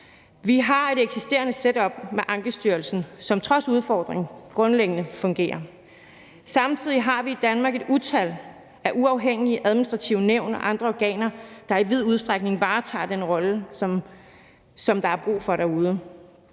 Vi har et eksisterende setup med Ankestyrelsen, som trods udfordringer grundlæggende fungerer. Samtidig har vi i Danmark et utal af uafhængige administrative nævn og andre organer, der i vid udstrækning varetager den rolle, som der er brug for derude.